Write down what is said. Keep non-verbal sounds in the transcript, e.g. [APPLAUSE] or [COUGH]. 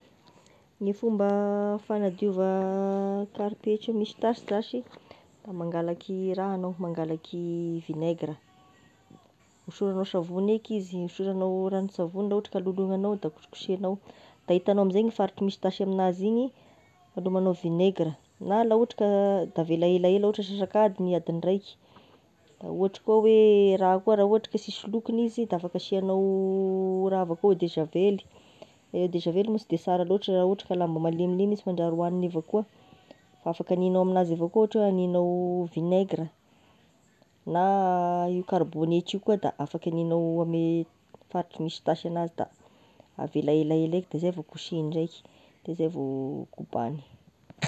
Gne fomba fanadiova [HESITATION] karipetry misy tasy zashy, da mangalaky raha anao mangalaky vinaigre, osoranao savony eiky izy osoranao ranon-tsavony laha ohatry ka halolognanao da kosokosehanao, da hitanao amin'izay igny faritry misy tasy amignazy igny, lomanao vinaigre na la ohatry ka tavela elaela ohatra hoe ansasakadiny adiny raiky, na ohatry koa oe na koa raha ohatry sisy lokony izy da afaka asianao [HESITATION] raha avao koa afaka asianao eau de javely, gne eau de javely moa sy de sara loatry raha ohatry ka oe lamba malemilemy izy fa manzary hoaniny avao koa, afaka anigao amin'azy avao ako a, ohatry oe haninao vinaigre, na io karibonetra io koa da afaky aninao ame faritra misy tasy anazy da avela elaela eky, de zay vao kosehy ndreky, de zay vao kobany.